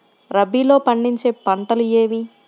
రబీలో పండించే పంటలు ఏవి?